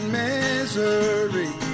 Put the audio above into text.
misery